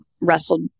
wrestled